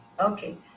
okay